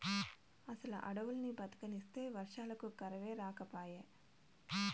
అసలు అడవుల్ని బతకనిస్తే వర్షాలకు కరువే రాకపాయే